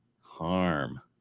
Harm